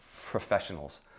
professionals